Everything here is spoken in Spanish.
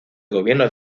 gobierno